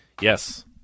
Yes